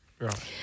Right